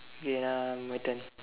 ya my turn